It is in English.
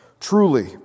Truly